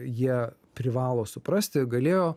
jie privalo suprasti galėjo